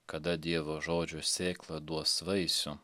kada dievo žodžio sėkla duos vaisių